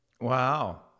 Wow